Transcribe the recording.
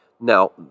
Now